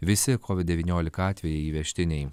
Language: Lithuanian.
visi covid devyniolika atvejai įvežtiniai